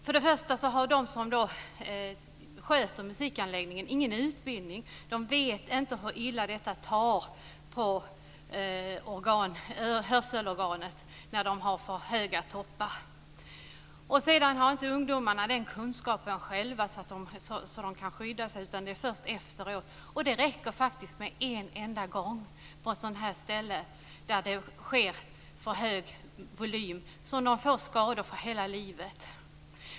För det första har de som sköter musikanläggningen ingen utbildning. De vet inte hur illa det skadar hörselorganet när det bli för höga toppar. Ungdomarna har själva inte heller kunskap nog att skydda sig, utan det blir aktuellt först efteråt. Det räcker faktiskt att utsättas för för hög volym en enda gång på ett sådant här ställe för att få skador för hela livet!